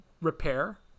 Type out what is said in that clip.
repair